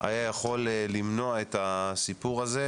הייתה יכולה למנוע את הסיפור הזה,